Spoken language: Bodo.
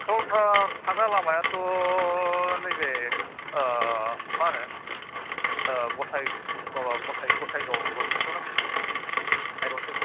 चरलपारा थांग्रा लामायाथ' नैबे मा होनो गसाय माबा गसाय गसायगाव रडजों थांनांगौ हाइरडजों